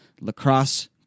lacrosse